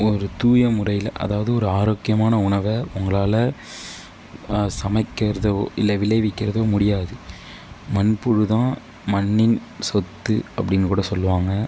ஒரு தூய முறையில் அதாவது ஒரு ஆரோக்கியமான உணவை உங்களால் சமைக்கிறதோ இல்லை விளைவிக்கிறதோ முடியாது மண்புழு தான் மண்ணின் சொத்து அப்படின்னு கூட சொல்வாங்க